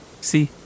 See